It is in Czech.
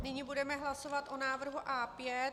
Nyní budeme hlasovat o návrhu A5.